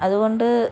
അതുകൊണ്ട്